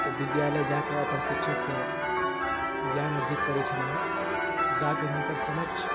तऽ विद्यालय जा कऽ अपन शिक्षकसँ ज्ञान अर्जित करै छलौ हैं जा कऽ हुनकर समक्ष